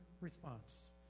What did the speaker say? response